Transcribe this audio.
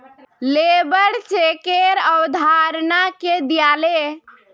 labour चेकेर अवधारणा के दीयाले